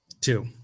Two